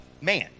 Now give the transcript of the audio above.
man